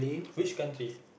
which country